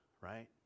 right